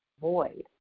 void